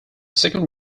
second